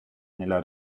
nella